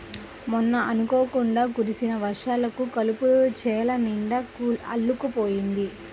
మొన్న అనుకోకుండా కురిసిన వర్షాలకు కలుపు చేలనిండా అల్లుకుపోయింది